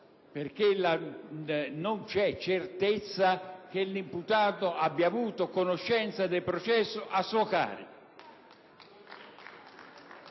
perché non c'è certezza che l'imputato abbia avuto conoscenza del processo che si